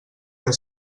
que